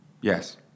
Yes